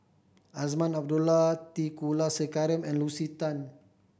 Azman Abdullah T Kulasekaram and Lucy Tan